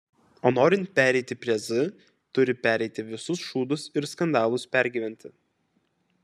o norint pereiti prie z turi pereiti visus šūdus ir skandalus pergyventi